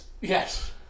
Yes